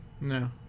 No